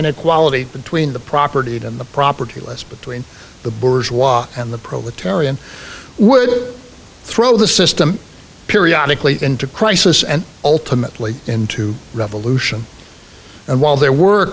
inequality between the property and the propertyless between the bourgeois and the proletarian would throw the system periodically into crisis and ultimately into revolution and while there were